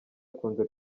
akunze